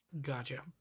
Gotcha